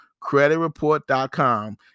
creditreport.com